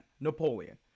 Napoleon